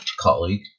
colleague